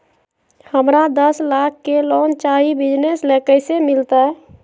हमरा दस लाख के लोन चाही बिजनस ले, कैसे मिलते?